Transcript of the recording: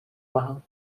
machen